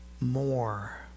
more